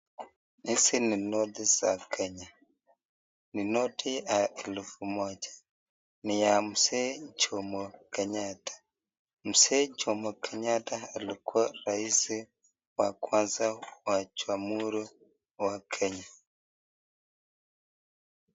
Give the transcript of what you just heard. Hizi ni noti za Kenya, ni noti ya elfu moja. Ni ya Mzee Jomo Kenyatta. Mzee Jomo Kenyatta alikuwa raisi wa kwanza wa Jamhuri wa Kenya.